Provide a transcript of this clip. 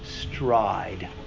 stride